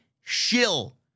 shill